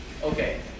Okay